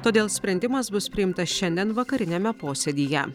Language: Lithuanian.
todėl sprendimas bus priimtas šiandien vakariniame posėdyje